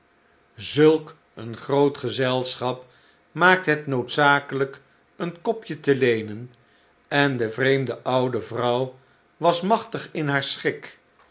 zulk een groot gezelschap maakte het noodzakelijk een kopje te leenen en de vreemde oude vrouw was machtig in haar schik